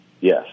Yes